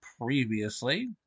previously